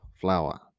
flower